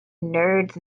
nerds